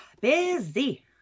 busy